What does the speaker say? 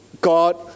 God